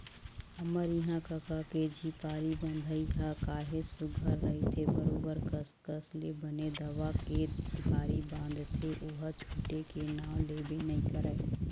हमर इहाँ कका के झिपारी बंधई ह काहेच सुग्घर रहिथे बरोबर कस कस ले बने दबा के झिपारी बांधथे ओहा छूटे के नांव लेबे नइ करय